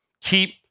keep